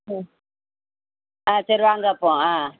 ம் ஆ சரி வாங்க அப்போது ஆ